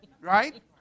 right